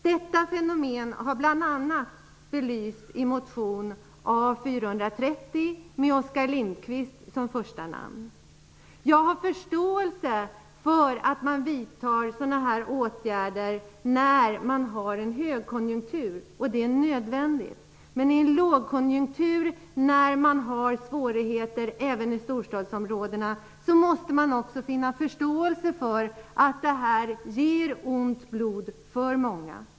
Detta fenomen har bl.a. belysts i motion Jag har förståelse för att man vidtar sådana här åtgärder när det är högkonjunktur -- det är nödvändigt. Men i en lågkonjunktur, när det är svårigheter även i storstadsområdena, måste man också vinna förståelse för att det väcker ont blod hos många.